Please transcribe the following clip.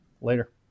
Later